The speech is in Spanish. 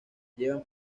llevan